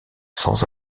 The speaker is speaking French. sans